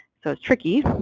so it's tricky,